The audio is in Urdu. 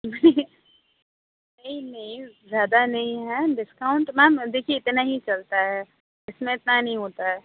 نہیں نہیں زیادہ نہیں ہے ڈسکاؤنٹ میم دیکھیے اتنا ہی چلتا ہے اِس میں اتنا نہیں ہوتا ہے